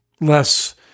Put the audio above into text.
less